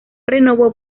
renovó